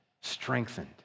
strengthened